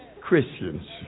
Christians